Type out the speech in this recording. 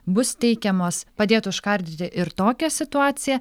bus teikiamos padėtų užkardyti ir tokią situaciją